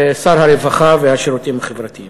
שר הרווחה והשירותים החברתיים.